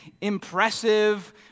impressive